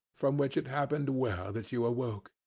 from which it happened well that you awoke.